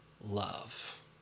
love